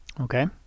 okay